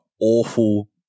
awful